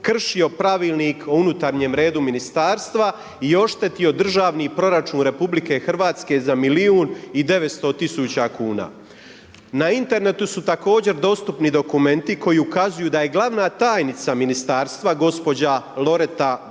kršio pravilnik o unutarnjem redu ministarstva i oštetio državni proračun RH za milijun i 900 tisuća kuna. Na internetu su također dostupni dokumenti koji ukazuju da je glavna tajnica ministarstva gospođa Loreta Bertoša